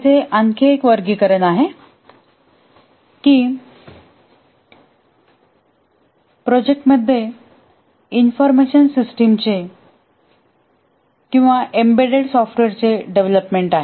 तेथे आणखी एक वर्गीकरण आहे की प्रोजेक्ट मध्ये इन्फॉर्मेशन सिस्टिमचे किंवा एम्बेड्डेड सॉफ़्ट्वेअर्सचे डेव्हलपमेंट आहे